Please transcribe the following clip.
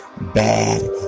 bad